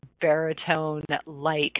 baritone-like